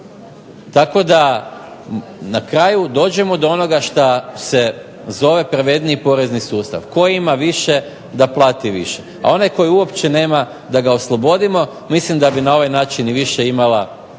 Tako da na kraju dođemo do onoga što se zove pravedniji porezni sustav, tko ima više da plati više, a onaj koji uopće nema da ga oslobodimo. Mislim da bi na ovaj način više imala